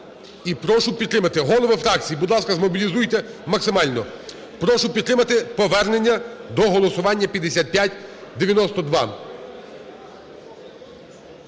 і прошу підтримати. Голови фракцій, будь ласка, змобілізуйте максимально. Прошу підтримати повернення до голосування 5592.